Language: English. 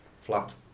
flat